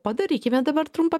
padarykime dabar trumpą